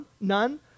none